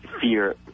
fear